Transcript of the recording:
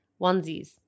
onesies